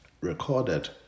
recorded